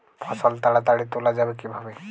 ফসল তাড়াতাড়ি তোলা যাবে কিভাবে?